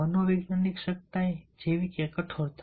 મનોવૈજ્ઞાનિક સખ્તાઇ જેવી કે કઠોરતા